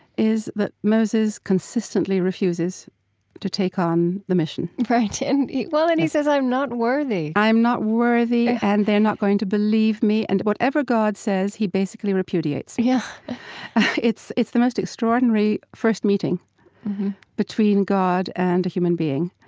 is that moses consistently refuses to take on the mission right. and, well, and he says, i'm not worthy i'm not worthy and they're not going to believe me and whatever god says, he basically repudiates. yeah it's it's the most extraordinary first meeting between god and a human being.